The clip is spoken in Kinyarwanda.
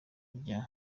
rya